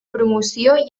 promoció